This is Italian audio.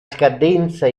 scadenza